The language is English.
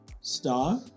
star